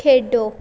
ਖੇਡੋ